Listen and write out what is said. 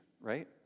right